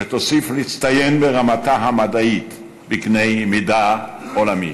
שתוסיף להצטיין ברמתה המדעית בקנה-מידה עולמי.